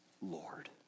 Lord